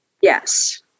Yes